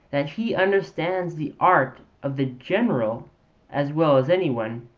that he understands the art of the general as well as any one.